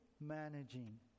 managing